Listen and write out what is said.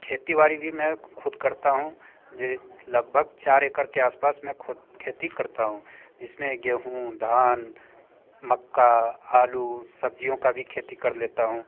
खेती बाड़ी भी मैं ख़ुद करता हूँ ये लगभग चार एकड़ के आस पास मैं ख़ुद खेती करता हूँ जिस में गेहूँ धान मक्का आलू सब्ज़ियों का भी खेती कर लेता हूँ